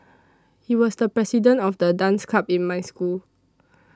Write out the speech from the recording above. he was the president of the dance club in my school